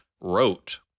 wrote